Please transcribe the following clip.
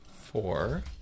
Four